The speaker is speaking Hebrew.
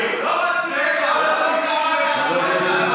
הפרוטוקול נרשם,